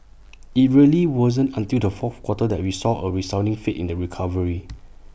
IT really wasn't until the fourth quarter that we saw A resounding faith in the recovery